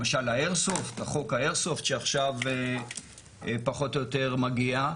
למשל האיירסופט, שעכשיו פחות או יותר מגיע.